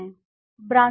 spatial map